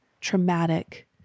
traumatic